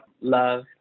love